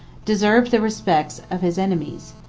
deserved the respect of his enemies,